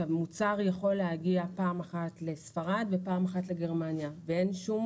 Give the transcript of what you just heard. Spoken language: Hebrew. מוצר יכול להגיע פעם אחת לספרד ופעם אחת לגרמניה ואין שום